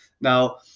now